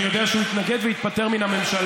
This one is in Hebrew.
אני יודע שהוא התנגד והתפטר מן הממשלה,